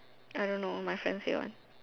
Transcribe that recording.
I don't know my friend say one